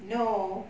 no